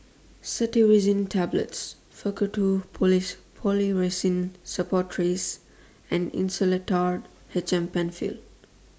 Cetirizine Tablets Faktu Police Policresulen Suppositories and Insulatard H M PenFill